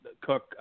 cook